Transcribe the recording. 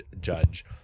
judge